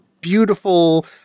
beautiful